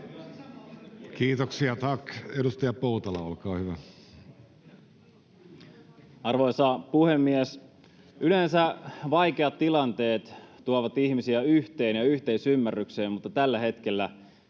Kiitoksia, tack. — Edustaja Poutala, olkaa hyvä. Arvoisa puhemies! Yleensä vaikeat tilanteet tuovat ihmisiä yhteen ja yhteisymmärrykseen, mutta tällä hetkellä